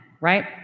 right